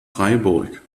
freiburg